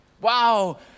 Wow